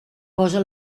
posa